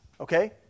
okay